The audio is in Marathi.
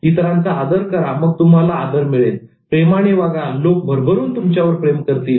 इतरांचा आदर करा आणि मग तुम्हाला आदर मिळेल प्रेमाने वागा लोक भरभरून तुमच्यावर प्रेम करतील